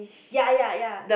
ya ya ya